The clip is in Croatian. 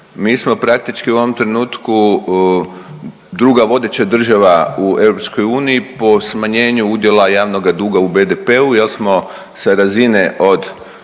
Mi smo praktički u ovom trenutku druga vodeća država u EU po smanjenju udjela javnoga duga u BDP-u jer smo sa razine od